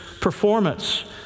performance